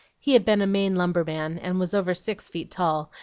he had been a maine lumberman, and was over six feet tall,